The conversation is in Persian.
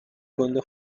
گنده